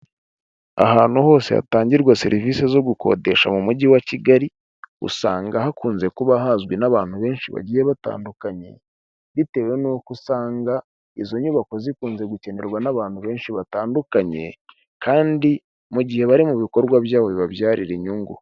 Ahantu hose hatangirwa serivise zo gukodesha mu Mujyi wa Kigali, usanga hakunze kuba hazwi n'abantu benshi bagiye batandukanye, bitewe nuko usanga izo nyubako zikunze gukenerwa n'abantu benshi batandukanye, kandi mu gihe bari mu bikorwa byabo bibabyarira inyungu.